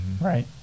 right